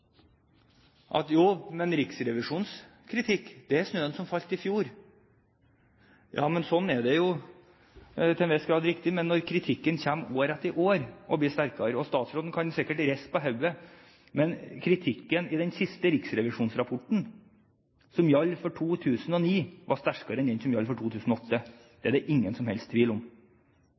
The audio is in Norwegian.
jo, men Riksrevisjonens kritikk er snøen som falt i fjor. Det er jo til en viss grad riktig, men kritikken kommer år etter år og blir sterkere. Statsråden kan sikkert riste på hodet, men kritikken i den siste riksrevisjonsrapporten, som gjaldt for 2009, var sterkere enn den som gjaldt for 2008. Det er det ingen som helst tvil om.